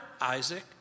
Isaac